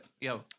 Yo